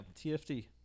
tft